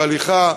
בהליכה,